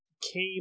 came